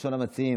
ראשון המציעים,